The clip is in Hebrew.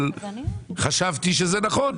אבל חשבתי שזה נכון.